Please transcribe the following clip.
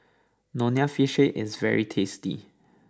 Nonya Fish Head is very tasty